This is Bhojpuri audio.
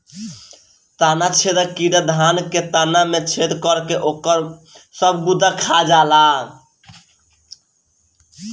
तना छेदक कीड़ा धान के तना में छेद करके ओकर सब गुदा खा जाएला